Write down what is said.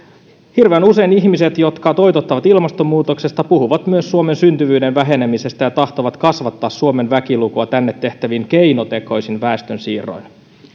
hirveän usein ihmiset jotka toitottavat ilmastonmuutoksesta puhuvat myös suomen syntyvyyden vähenemisestä ja tahtovat kasvattaa suomen väkilukua tänne tehtävin keinotekoisin väestönsiirroin